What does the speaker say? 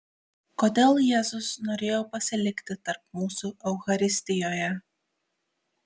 kodėl jėzus norėjo pasilikti tarp mūsų eucharistijoje